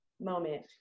moment